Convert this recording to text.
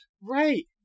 Right